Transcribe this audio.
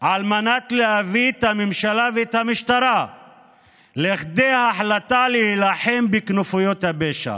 על מנת להביא את הממשלה ואת המשטרה לכדי החלטה להילחם בכנופיות הפשע